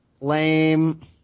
Lame